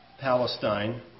Palestine